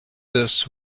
this